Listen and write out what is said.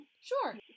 Sure